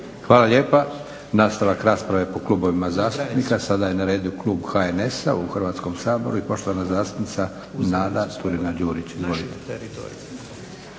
Hvala lijepa. Nastavak rasprave po klubovima zastupnika. Sada je na redu klub HNS-a u Hrvatskom saboru i poštovana zastupnica Nada Turina Đurić.